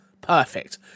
Perfect